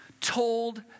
told